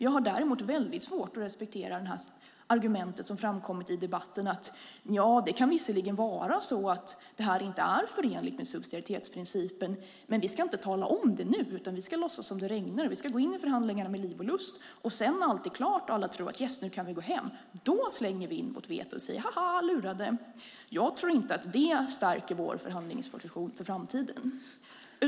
Jag har däremot väldigt svårt att respektera det argument som framkommit i debatten där man säger att det visserligen kan vara så att det här inte är förenligt med subsidiaritetsprincipen, men vi ska inte tala om det nu, utan vi ska låtsas som om det regnar och gå in i förhandlingarna med liv och lust. Sedan när allt är klart och alla tror att nu kan man gå hem slänger vi in vårt veto och säger: Haha, lurade! Jag tror inte att det stärker vår förhandlingsposition för framtiden.